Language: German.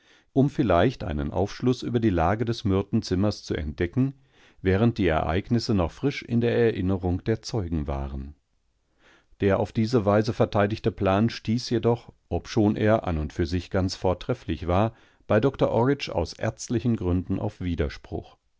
um vielleicht einen aufschluß über die lage des myrtenzimmers zu entdecken währenddieereignissenochfrischindererinnerungderzeugenwaren der auf diese weise verteidigte plan stieß jedoch obschon er an und für sich ganz vortrefflich war bei dokor orridge aus ärztlichen gründen auf widerspruch